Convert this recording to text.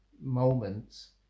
moments